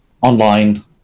online